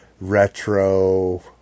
retro